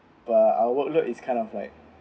but our workload is kind of like